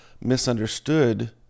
misunderstood